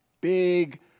big